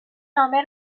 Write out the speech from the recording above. نامه